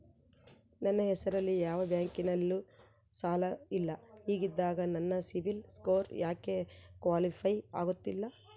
ನನ್ನ ಹೆಸರಲ್ಲಿ ಯಾವ ಬ್ಯಾಂಕಿನಲ್ಲೂ ಸಾಲ ಇಲ್ಲ ಹಿಂಗಿದ್ದಾಗ ನನ್ನ ಸಿಬಿಲ್ ಸ್ಕೋರ್ ಯಾಕೆ ಕ್ವಾಲಿಫೈ ಆಗುತ್ತಿಲ್ಲ?